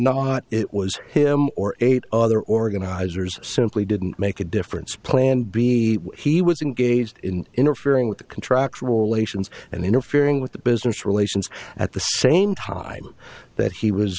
not it was him or eight other organizers simply didn't make a difference plan b he was engaged in interfering with a contractual relationship and interfering with the business relations at the same time that he was